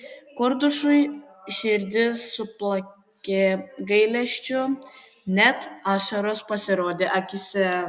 kordušui širdis suplakė gailesčiu net ašaros pasirodė akyse